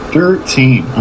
Thirteen